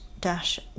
dash